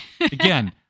Again